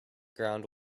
ground